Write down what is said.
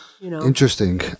interesting